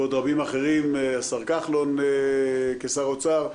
ועוד רבים אחרים השר כחלון כשר האוצר,